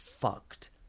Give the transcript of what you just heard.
fucked